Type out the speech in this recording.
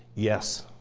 yes.